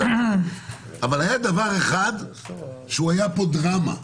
אבל היה דבר אחד שהיה פה דרמה,